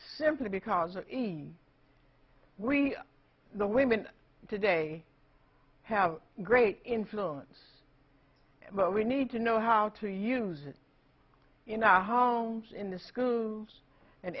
simply because he we the women today have great influence but we need to know how to use it in our homes in the schools and